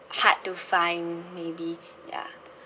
hard to find maybe ya